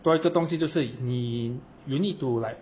做一个东西就是你 you need to like